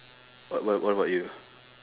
wha~ wha~ what about you